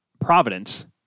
Providence